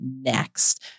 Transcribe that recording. next